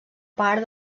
part